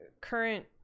current